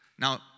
Now